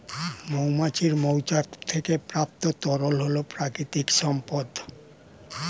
মৌমাছির মৌচাক থেকে প্রাপ্ত তরল হল প্রাকৃতিক সম্পদ